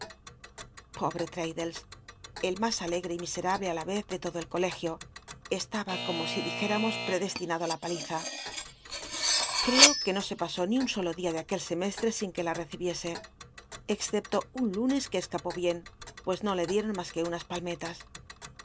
obre traddles el mas alegre y miscmble i la vez de lodo el colegio taba como si dijéramo pcdestinado i la paliza creo que no se pasó ni un solo día de aquel scmesllc sin que la red biesc excepto un hmes que escapó bien pues no le dict'on mas que unas palmetas